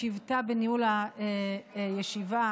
הוכנסו